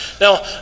Now